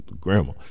grandma